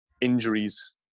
injuries